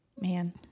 man